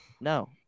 No